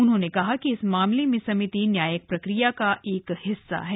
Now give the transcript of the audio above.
उन्होंने कहा कि इस मामले में समिति न्यायिक प्रक्रिया का एक हिस्सा है